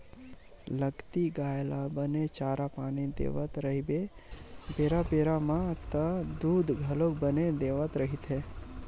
लगती गाय ल बने चारा पानी देवत रहिबे बेरा बेरा म त दूद घलोक बने देवत रहिथे